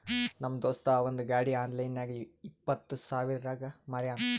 ನಮ್ ದೋಸ್ತ ಅವಂದ್ ಗಾಡಿ ಆನ್ಲೈನ್ ನಾಗ್ ಇಪ್ಪತ್ ಸಾವಿರಗ್ ಮಾರ್ಯಾನ್